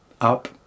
up